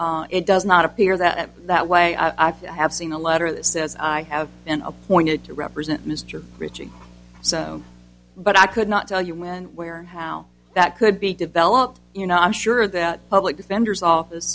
it does not appear that that way i have seen a letter that says i have been appointed to represent mr rich and so but i could not tell you men where how that could be developed you know i'm sure that public defenders office